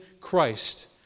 Christ